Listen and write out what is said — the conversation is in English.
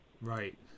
right